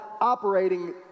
operating